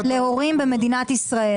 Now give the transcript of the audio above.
לא נמצא.